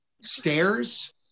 stairs